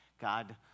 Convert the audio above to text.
God